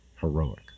heroic